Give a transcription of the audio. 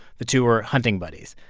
the two were hunting buddies.